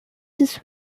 this